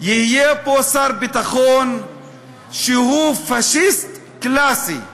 יהיה פה שר ביטחון שהוא פאשיסט קלאסי.